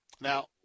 Now